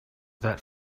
that